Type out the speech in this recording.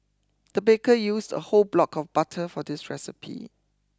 the baker used a whole block of butter for this recipe